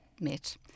met